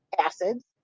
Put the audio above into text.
acids